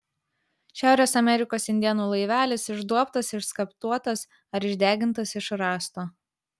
šiaurės amerikos indėnų laivelis išduobtas išskaptuotas ar išdegintas iš rąsto